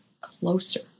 closer